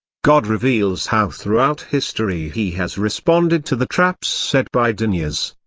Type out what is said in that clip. god reveals how throughout history he has responded to the traps set by deniers.